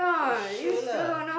you sure lah